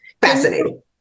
fascinating